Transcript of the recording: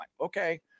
Okay